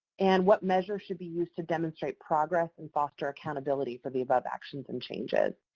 and what measures should be used to demonstrate progress and foster accountability for the above actions and changes?